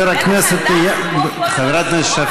אין לך עמדה על סיפוח כל יהודה ושומרון?